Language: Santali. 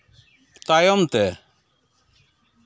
ᱛᱟᱭᱚᱢ ᱛᱮ